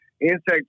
insect